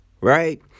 Right